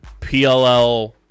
pll